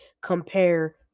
compare